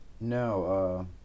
No